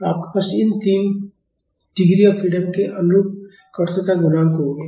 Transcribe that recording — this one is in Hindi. तो आपके पास इन तीन डिग्री ऑफ फ्रीडम के अनुरूप कठोरता गुणांक होंगे